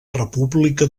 república